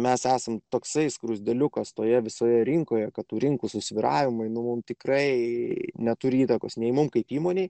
mes esam toksai skruzdėlių kastoje visoje rinkoje kad tų rinkų susvyravimai mums tikrai neturi įtakos nei mums kaip įmonei